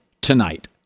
tonight